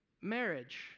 marriage